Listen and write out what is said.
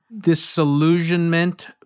disillusionment